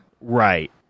right